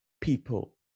people